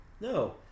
No